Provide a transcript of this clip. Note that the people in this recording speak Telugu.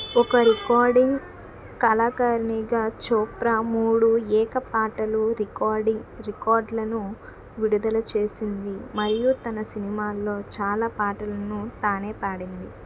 ఒక రికార్డింగ్ కళాకారిణిగా చోప్రా మూడు ఏక పాటలు రికార్డింగ్ రికార్డులను విడుదల చేసింది మరియు తన సినిమాల్లో చాలా పాటలను తానే పాడింది